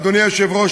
אדוני היושב-ראש,